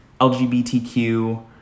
LGBTQ